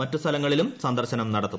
മറ്റ് സ്ഥലങ്ങളിലും സന്ദർശനം നടത്തും